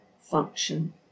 function